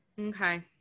okay